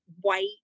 white